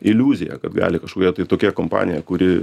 iliuzija kad gali kažkokia tai tokia kompanija kuri